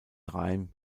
reim